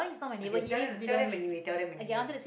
okay tell them tell them anyway tell them anyway